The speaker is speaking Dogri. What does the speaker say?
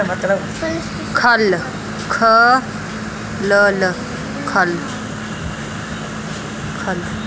ख'ल्ल